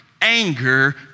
anger